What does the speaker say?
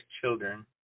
children